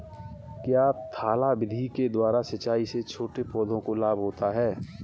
क्या थाला विधि के द्वारा सिंचाई से छोटे पौधों को लाभ होता है?